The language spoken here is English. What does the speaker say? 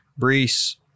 Brees